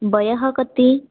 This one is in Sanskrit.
वयः कति